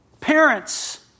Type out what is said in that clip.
Parents